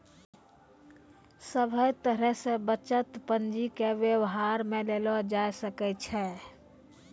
सभे तरह से बचत पंजीके वेवहार मे लेलो जाय सकै छै